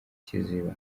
kiziba